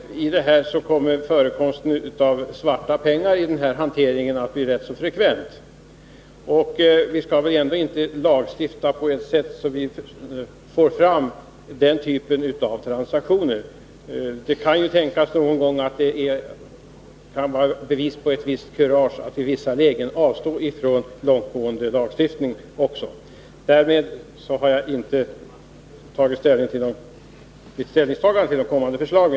Sådana kan nämligen leda till att förekomsten av svarta pengar i denna hantering kan bli ganska frekvent. Vi skall väl ändå inte lagstifta på ett sådant sätt att vi får den typen av transaktioner. Det kan någon gång vara bevis på ett visst kurage att i en del lägen avstå från långtgående lagstiftning. Med detta har jag inte tagit ställning till de kommande förslagen.